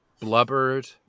blubbered